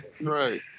Right